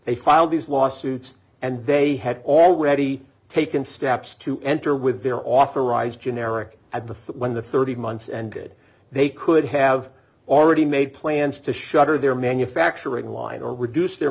they filed these lawsuits and they had already taken steps to enter with their authorized generic at the when the thirty months and did they could have already made plans to shutter their manufacturing line or reduce their